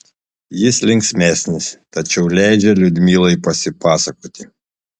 jis linksmesnis tačiau leidžia liudmilai pasipasakoti